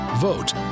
Vote